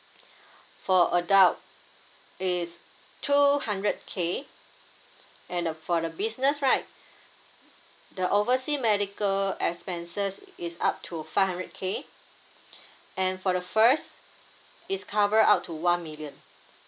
for adult is two hundred K and the for the business right the overseas medical expenses is up to five hundred K and for the first is cover up to one million